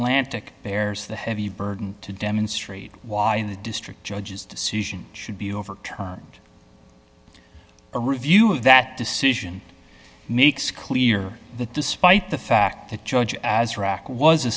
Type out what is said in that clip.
tica bears the heavy burden to demonstrate why the district judge's decision should be overturned a review of that decision makes clear that despite the fact that judge as rack was a